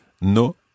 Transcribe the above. no